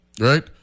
Right